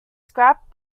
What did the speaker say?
scrapped